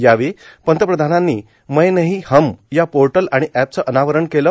यावेळी पंतप्रधानांनी मै नही हम या पोर्टल आणि अॅपचं अनावरण केलं